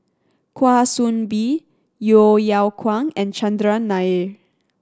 Kwa Soon Bee Yeo Yeow Kwang and Chandran Nair